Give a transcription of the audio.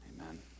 Amen